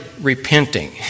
repenting